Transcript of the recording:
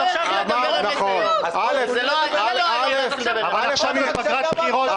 אז עכשיו --- אבל יש לנו פגרת בחירות,